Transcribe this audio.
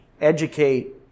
educate